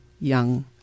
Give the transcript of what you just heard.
Young